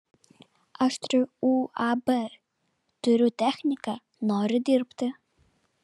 aš turiu uab turiu techniką noriu dirbti